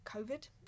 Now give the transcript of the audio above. COVID